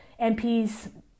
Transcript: MPs